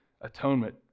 atonement